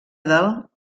del